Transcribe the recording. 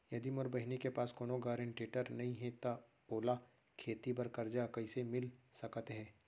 यदि मोर बहिनी के पास कोनो गरेंटेटर नई हे त ओला खेती बर कर्जा कईसे मिल सकत हे?